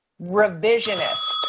revisionist